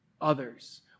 others